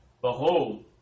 behold